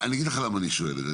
אני אגיד לך למה אני שואל את זה,